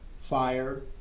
fire